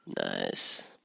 Nice